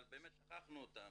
אבל באמת שכחנו אותם.